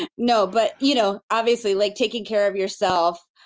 no, but you know obviously like taking care of yourself.